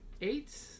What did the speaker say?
Eight